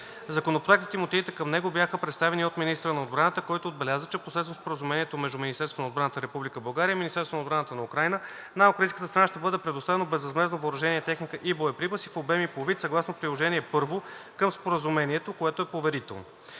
Законопроектът и мотивите към него бяха представени от министъра на отбраната, който отбеляза, че посредством Споразумението между Министерството на отбраната на Република България и Министерството на отбраната на Украйна на украинската страна ще бъде предоставено безвъзмездно въоръжение, техника и боеприпаси в обем и по вид съгласно Приложение 1 към Споразумението (поверително).